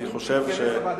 בבקשה, אני ארשה לך.